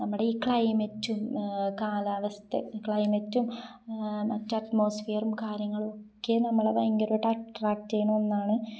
നമ്മുടെ ഈ ക്ലൈമറ്റും കാലാവസ്ഥ ക്ലൈമറ്റും മറ്റു അറ്റ്മോസ്ഫിയറും കാര്യങ്ങളൊക്കെ നമ്മളെ ഭയങ്കരമായിട്ട് അട്രാക്ട് ചെയ്യുന്ന ഒന്നാണ്